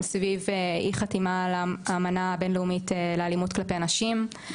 סביב אי חתימה על האמנה הבין-לאומית לאלימות כלפי נשים.